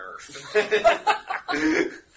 Nerf